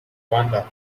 vonda